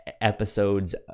episodes